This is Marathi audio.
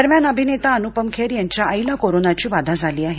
दरम्यान अभिनेता अनुपम खेर यांच्या आईला कोरोनाची बाधा झाली आहे